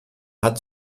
hat